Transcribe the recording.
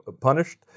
punished